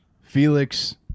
felix